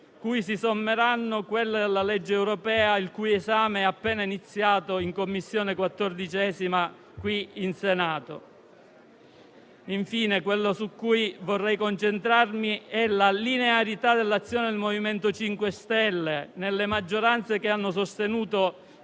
cui si sommeranno quelle della legge europea il cui esame è appena iniziato nella 14a Commissione del Senato. Infine, vorrei concentrarmi sulla linearità dell'azione del MoVimento 5 Stelle nelle maggioranze che hanno sostenuto